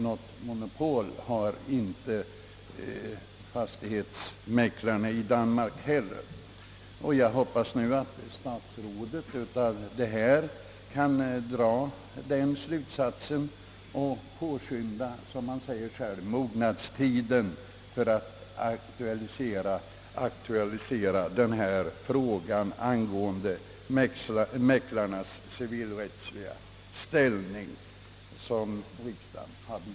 Något monopol har de dock inte fått. Jag hoppas att statsrådet av dessa omständigheter drar sådana slutsatser att han kan påskynda mognadstiden — som han själv säger — för att aktualisera frågan angående mäklarnas civilrättsliga ställning på sätt som riksdagen har begärt.